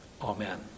Amen